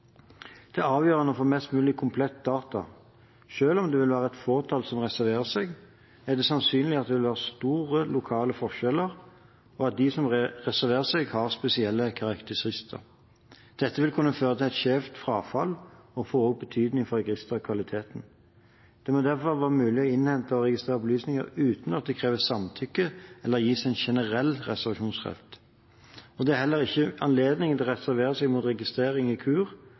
Det er avgjørende å få mest mulig komplette data. Selv om det vil være et fåtall som reserverer seg, er det sannsynlig at det vil være store lokale forskjeller, og at de som reserverer seg, har spesielle karakteristika. Dette vil kunne føre til et skjevt frafall og få betydning for registerkvaliteten. Det må derfor være mulig å innhente og registrere opplysninger uten at det kreves samtykke eller gis en generell reservasjonsrett. Det er heller ikke anledning til å reservere seg mot registrering i